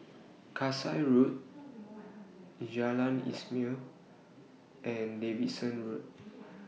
Kasai Road Jalan Ismail and Davidson Road